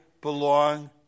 belong